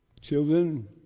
children